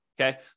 okay